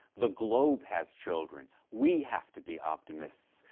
the globe has children. we have to be optimists.